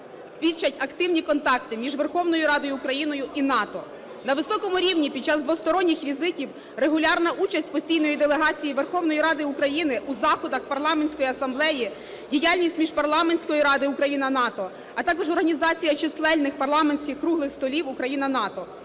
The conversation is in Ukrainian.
свідчать активні контакти між Верховною Радою України і НАТО на високому рівні під час двосторонніх візитів регулярна участь постійної делегації Верховної Ради України у заходах парламентської асамблеї, діяльність Міжпарламентської ради Україна - НАТО, а також організація численних парламентських круглих столів Україна - НАТО.